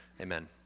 Amen